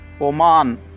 Oman